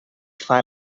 foar